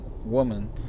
woman